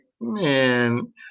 man